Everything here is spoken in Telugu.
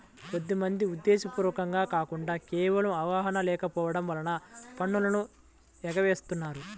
కొంత మంది ఉద్దేశ్యపూర్వకంగా కాకుండా కేవలం అవగాహన లేకపోవడం వలన పన్నులను ఎగవేస్తుంటారు